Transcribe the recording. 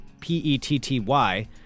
P-E-T-T-Y